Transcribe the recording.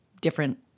different